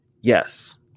Yes